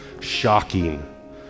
shocking